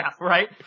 right